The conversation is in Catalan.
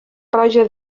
roja